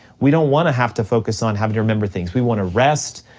we don't wanna have to focus on having to remember things, we wanna rest,